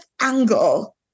angle